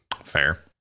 Fair